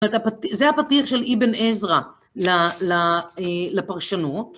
זה הפתיח של איבן עזרא לפרשנות.